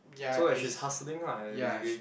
so like she's hustling lah basically